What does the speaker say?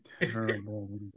terrible